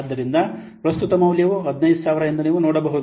ಆದ್ದರಿಂದ ಪ್ರಸ್ತುತ ಮೌಲ್ಯವು 15000 ಎಂದು ನೀವು ನೋಡಬಹುದು